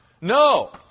No